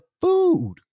food